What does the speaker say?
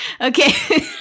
Okay